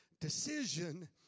decision